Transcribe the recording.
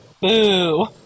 boo